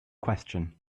question